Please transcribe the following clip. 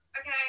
Okay